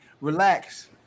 relax